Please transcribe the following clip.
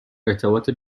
ارتباط